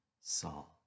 Saul